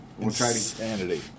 Insanity